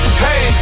hey